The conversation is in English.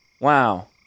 wow